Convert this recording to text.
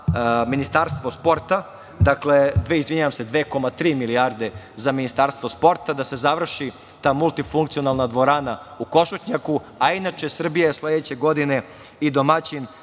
Ministarstvo sporta, izvinjavam se 2,3 milijarde za Ministarstvo sporta, da se završi ta multifunkcionalna dvorana u Košutnjaku, a inače Srbija sledeće godine je i domaćin